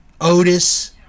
Otis